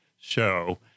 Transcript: show